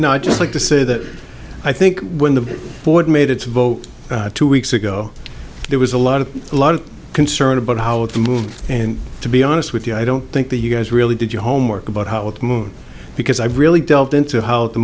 night just like to say that i think when the board made its vote two weeks ago there was a lot of a lot of concern about how to move and to be honest with you i don't think the you guys really did your homework about how to move because i really delved into how the